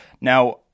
Now